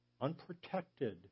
unprotected